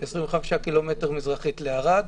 25 ק"מ מזרחית לערד.